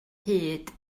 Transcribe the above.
hyd